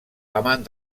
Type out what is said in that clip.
amant